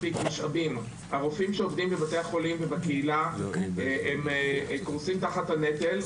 הרופאים שעובדים בבתי החולים ובקהילה קורסים תחת הנטל,